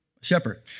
shepherd